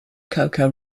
coco